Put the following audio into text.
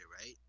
right